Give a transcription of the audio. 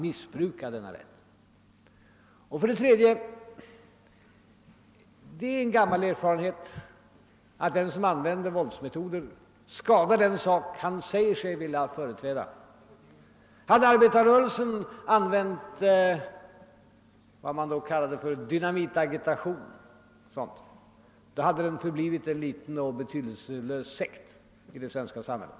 För det tredje är det en gammal erfarenhet att den som använder våldsmetoder skadar den sak han säger sig vilja företräda. Hade arbetarrörelsen använt vad som på den tiden kallades dynamitagitation, hade den förblivit en liten och betydelselös sekt i det svenska samhället.